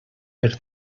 per